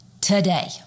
today